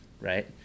right